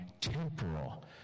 temporal